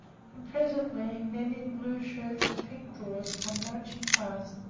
and presently men in blue shirts and pink drawers come marching past,